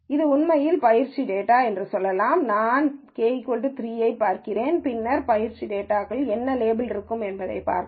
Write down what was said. இது உண்மையில் பயிற்சித் டேட்டாஎன்று சொல்லலாம் பின்னர் நான் k 3 ஐப் பார்க்க விரும்புகிறேன் பின்னர் பயிற்சி டேட்டாகளுக்கு என்ன லேபிள்கள் இருக்கும் என்பதைப் பார்க்கவும்